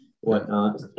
whatnot